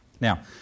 Now